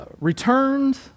returned